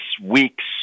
week's